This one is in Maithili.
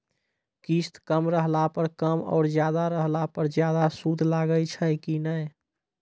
किस्त कम रहला पर कम और ज्यादा रहला पर ज्यादा सूद लागै छै कि नैय?